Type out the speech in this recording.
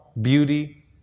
beauty